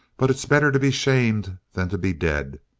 but it's better to be shamed than to be dead.